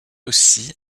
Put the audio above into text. aussi